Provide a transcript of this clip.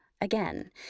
again